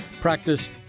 practice